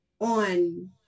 on